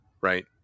right